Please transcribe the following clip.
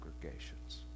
congregations